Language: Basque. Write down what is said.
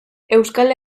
euskal